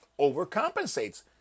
overcompensates